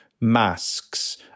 masks